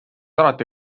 alati